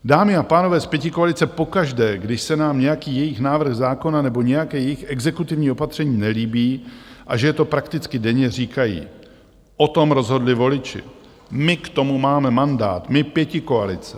Dámy a pánové z pětikoalice pokaždé, když se nám nějaký jejich návrh zákona nebo nějaké jejich exekutivní opatření nelíbí, a že je to prakticky denně, říkají: O tom rozhodli voliči, my k tomu máme mandát, my, pětikoalice.